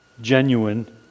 genuine